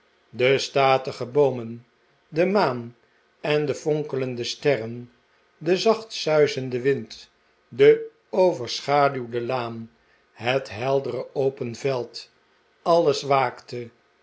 de statige boomen de maan en de fonkelende sterren de zacht suizende wind de overschaduwde laan het heldere open veld alles waakte